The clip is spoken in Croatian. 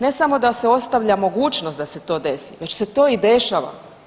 Ne samo da se ostavlja mogućnost da se to desi, već se to i dešava.